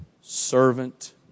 servant